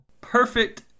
perfect